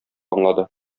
аңлады